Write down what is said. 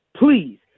please